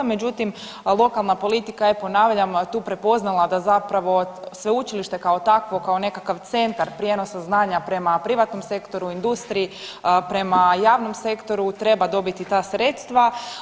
Međutim, lokalna politika je ponavljam tu prepoznala da zapravo sveučilište kao takvo kao nekakav centar prijenosa znanja prema privatnom sektoru, industriji, prema javnom sektoru treba dobiti ta sredstva.